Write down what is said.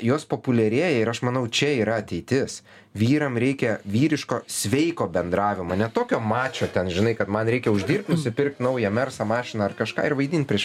jos populiarėja ir aš manau čia yra ateitis vyram reikia vyriško sveiko bendravimo ne tokio mačo ten žinai kad man reikia uždirbt nusipirkt naują mersą mašiną ar kažką ir vaidint prieš